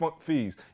fees